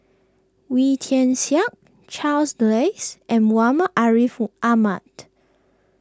Wee Tian Siak Charles Dyce and Muhammad Ariff Ahmad